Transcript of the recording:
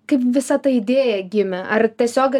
kaip visa ta idėja gimė ar tiesiog